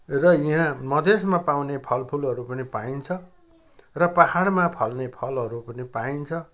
र यहाँ मधेसमा पाउने फलफुलहरू पनि पाइन्छ र पहाडमा फल्ने फलहरू पनि पाइन्छ